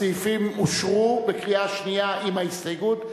הסעיפים אושרו בקריאה שנייה עם ההסתייגות.